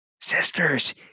sisters